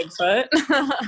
Bigfoot